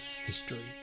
history